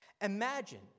Imagine